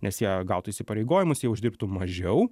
nes jie gautų įsipareigojimus jie uždirbtų mažiau